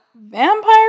vampire